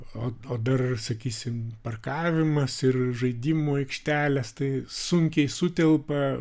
o o dar sakysime parkavimas ir žaidimų aikštelės tai sunkiai sutelpa